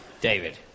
David